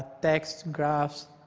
texts, graphs,